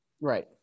Right